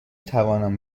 توانم